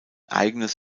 eigenes